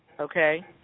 okay